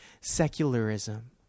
secularism